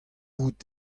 out